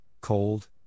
cold